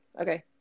Okay